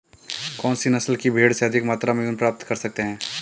कौनसी नस्ल की भेड़ से अधिक मात्रा में ऊन प्राप्त कर सकते हैं?